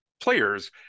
players